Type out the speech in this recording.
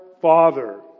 father